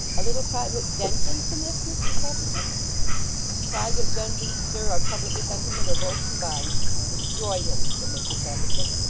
a little private vengeance in this, mr tappertit private vengeance, sir, or public sentiment, or both combined destroy him said mr tappertit.